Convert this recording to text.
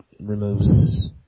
removes